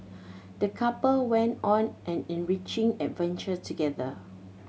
the couple went on an enriching adventure together